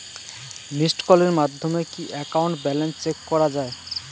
Missed কলের মাধ্যমে কি একাউন্ট ব্যালেন্স চেক করা যায়?